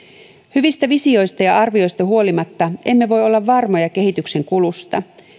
hyvistä visioista ja arvioista huolimatta emme voi olla varmoja kehityksen kulusta